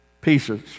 pieces